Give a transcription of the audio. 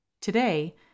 Today